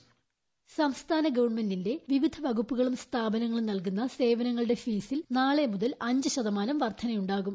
voice സംസ്ഥാന ഗവൺമെന്റിന്റെ വിവിധ വകുപ്പുകളും സ്ഥാപനങ്ങളും നൽകുന്ന സേവനങ്ങളുടെ ഫീസിൽ നാളെ മുതൽ അഞ്ചു ശതമാനം വർധനയുണ്ടാകും